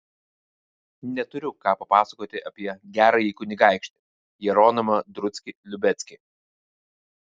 neturiu ką papasakoti apie gerąjį kunigaikštį jeronimą druckį liubeckį